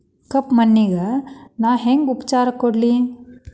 ಕಪ್ಪ ಮಣ್ಣಿಗ ನಾ ಹೆಂಗ್ ಉಪಚಾರ ಕೊಡ್ಲಿ?